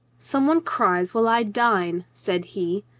some one cries while i dine, said he.